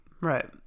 right